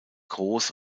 groß